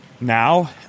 Now